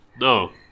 No